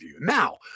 Now